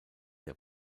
der